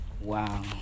Wow